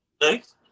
thanks